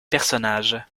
personnages